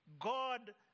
God